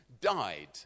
died